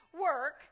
work